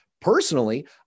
Personally